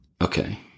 Okay